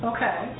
Okay